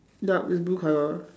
yup it's blue colour